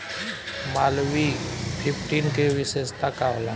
Malviya fifteen के विशेषता का होला?